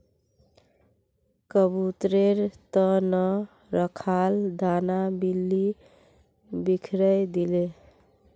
कबूतरेर त न रखाल दाना बिल्ली बिखरइ दिले